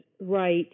right